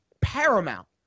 paramount